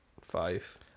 five